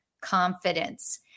confidence